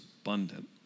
abundant